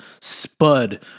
Spud